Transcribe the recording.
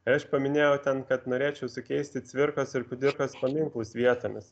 aš paminėjau ten kad norėčiau sukeisti cvirkos ir kudirkos paminklus vietomis